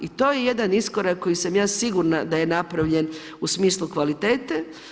I to je jedan iskorak koji sam ja sigurna da je napravljen u smislu kvalitete.